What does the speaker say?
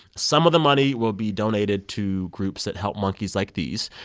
some of the money will be donated to groups that help monkeys like these.